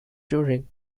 during